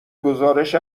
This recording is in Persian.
گزارش